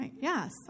Yes